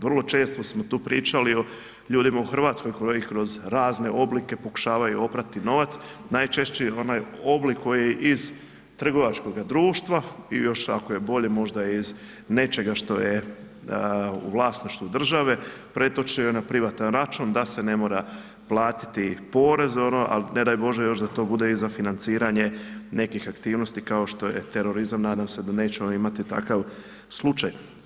vrlo često smo tu pričali o ljudima u RH, koji kroz razne oblike pokušavaju oprati novac, najčešći je onaj oblik koji iz trgovačkoga društva i još ako je bolje, možda iz nečega što je u vlasništvu države, pretoče na privatan račun da se ne mora platiti porez, ali ne daj Bože još da to bude i za financiranje nekih aktivnosti kao što je terorizam, nadam se da nećemo imati takav slučaj.